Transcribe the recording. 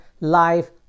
life